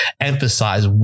emphasize